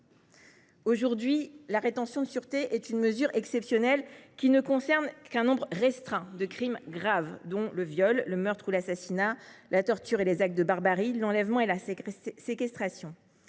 l’instant, la rétention de sûreté est une mesure exceptionnelle qui ne concerne qu’un nombre restreint de crimes graves, dont le viol, le meurtre et l’assassinat, la torture et les actes de barbarie, l’enlèvement et la séquestration.